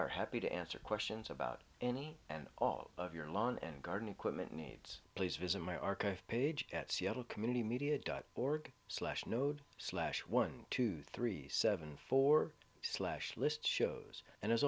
are happy to answer questions about any and all of your lawn and garden equipment needs please visit my archive page at seattle community media dot org slash node slash one two three seven four slash list shows and